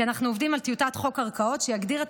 כי אנחנו עובדים על טיוטת חוק קרקעות שיגדיר את